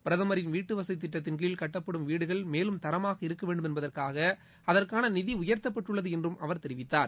பிரதமரின் வீட்டுவசதி திட்டத்தின்கீழ் கட்டப்படும் வீடுகள் மேலும் தரமாக இருக்கவேண்டும் என்பதற்காக அதற்கான நிதி உயர்த்தப்பட்டுள்ளது என்றும் அவர் தெரிவித்தார்